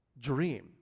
dream